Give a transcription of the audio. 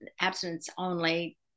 abstinence-only